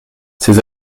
ces